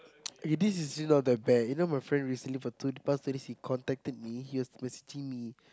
this is still not that bad you know my friend recently for two the past two days he contacted me he was messaging me